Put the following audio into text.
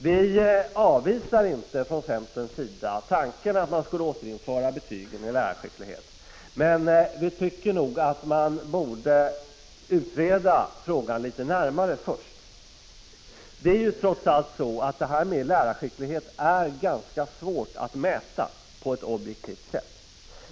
Vi avvisar inte från centerns sida tanken att man skulle återinföra betygen i lärarskicklighet. Men vi tycker nog att man borde utreda frågan litet närmare först. Det är ju trots allt så, att detta med lärarskicklighet är ganska svårt att mäta på ett objektivt sätt.